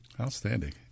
Outstanding